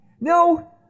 No